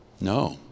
No